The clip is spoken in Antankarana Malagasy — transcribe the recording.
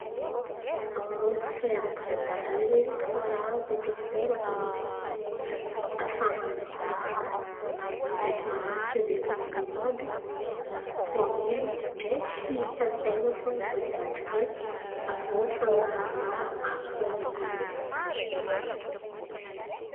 Fahaizako radara io karà detekitera fo zen̈y izy afahan̈a mizaha ndraiky mamantatra zen̈y hoe ino ino àby raha ataon’olo ndray tsy hita-tain̈a fa ambadibadiky an̈y. Aviô ahafahan̈a man̈ara-maso koa asan’ny zio zen̈y.